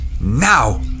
Now